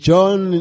John